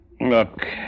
Look